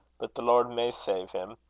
but the lord may save him?